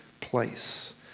place